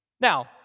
Now